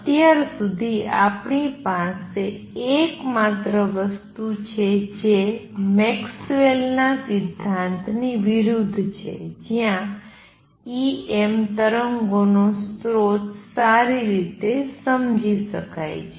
અત્યાર સુધી આપણી પાસે એકમાત્ર વસ્તુ છે જે મેક્સવેલ ના સિદ્ધાંતની વિરુદ્ધ છે જ્યાં Em તરંગોનો સ્રોત સારી રીતે સમજી શકાય છે